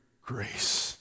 grace